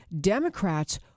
Democrats